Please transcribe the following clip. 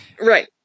right